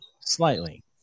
Slightly